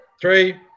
three